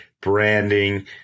branding